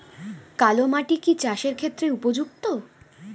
কালো মাটি কি চাষের ক্ষেত্রে উপযুক্ত?